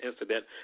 incident